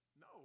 No